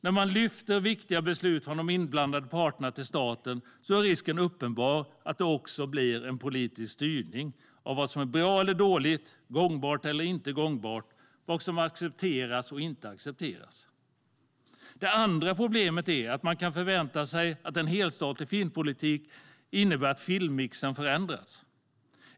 När man lyfter upp viktiga beslut från de inblandade parterna till staten är risken uppenbar att det också blir en politisk styrning av vad som är bra eller dåligt, vad som är gångbart eller inte gångbart och vad som accepteras eller inte accepteras. Det andra problemet är att man kan förvänta sig att en helstatlig filmpolitik innebär att filmmixen förändras.